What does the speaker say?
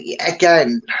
again